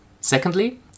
Secondly